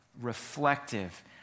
reflective